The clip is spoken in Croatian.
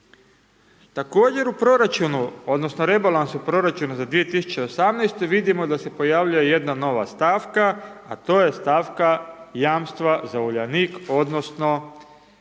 odnosno rebalansu proračuna za 2018. vidimo da se pojavljuje jedan nova stavka a to je stavka jamstva za Uljanik odnosno